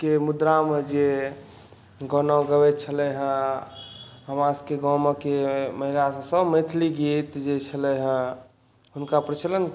के मुद्रामे जे गाना गबै छलै हेँ हमरा सबके गामके मजाक सब मैथिली गीत जे छलै हेँ हुनका प्रचलन